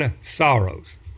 sorrows